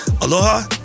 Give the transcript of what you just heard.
aloha